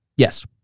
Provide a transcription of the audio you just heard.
Yes